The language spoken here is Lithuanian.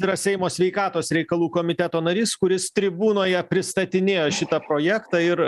yra seimo sveikatos reikalų komiteto narys kuris tribūnoje pristatinėjo šitą projektą ir